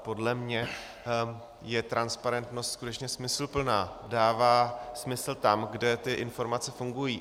Podle mě je transparentnost skutečně smysluplná, dává smysl tam, kde informace fungují.